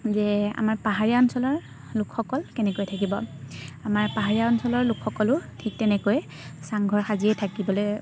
যে আমাৰ পাহাৰীয়া অঞ্চলৰ লোকসকল কেনেকৈ থাকিব আমাৰ পাহাৰীয়া অঞ্চলৰ লোকসকলো ঠিক তেনেকৈয়ে চাংঘৰ সাজিয়ে থাকিবলৈ